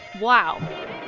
Wow